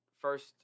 first